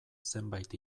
zenbait